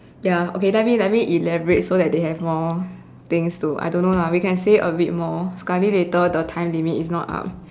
ya okay let me let me elaborate so that they have more things to I don't know lah we can say a bit more sekali later the time limit is not up